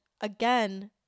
again